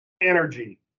energy